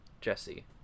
Jesse